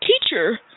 teacher